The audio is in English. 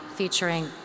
featuring